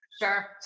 Sure